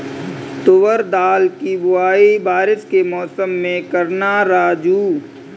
तुवर दाल की बुआई बारिश के मौसम में करना राजू